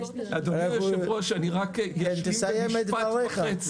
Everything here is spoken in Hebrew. אדוני היושב-ראש, רק אשלים משפט וחצי.